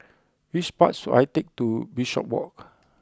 which bus should I take to Bishopswalk